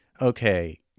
okay